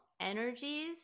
energies